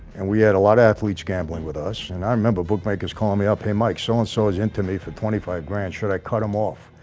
and we had a lot of athletes gambling with us and i remember bookmakers calling me up. hey mike so-and-so is into me for twenty five grand should i cut him off?